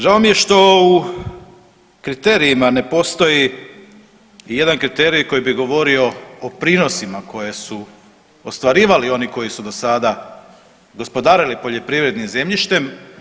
Žao mi je što u kriterijima ne postoji i jedan kriterij koji bi govorio o prinosima koje su ostvarivali oni koji su do sada gospodarili poljoprivrednim zemljištem.